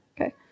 Okay